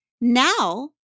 Now